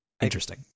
interesting